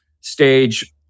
stage